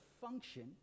function